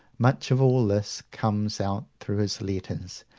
much of all this comes out through his letters,